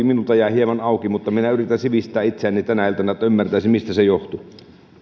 minulta jäi hieman auki mutta minä yritän sivistää itseäni tänä iltana että ymmärtäisin mistä se johtuu